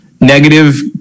negative